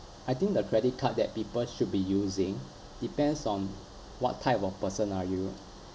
I think the credit card that people should be using depends on what type of person are you